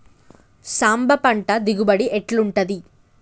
సాంబ పంట దిగుబడి ఎట్లుంటది?